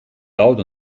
laut